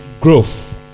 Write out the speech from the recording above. growth